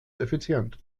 effizient